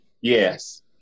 Yes